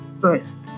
first